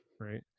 right